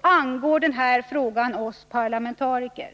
angår den här frågan oss parlamentariker.